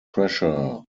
pressure